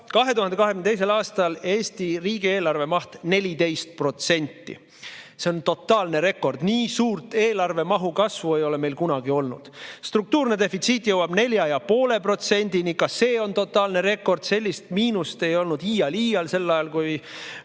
2022. aastal Eesti riigieelarve maht 14%. See on totaalne rekord, nii suurt eelarve mahu kasvu ei ole meil kunagi olnud. Struktuurne defitsiit jõuab 4,5%‑ni – ka see on totaalne rekord, sellist miinust ei olnud iial sel ajal, kui